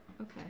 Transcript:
Okay